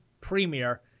premier